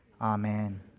Amen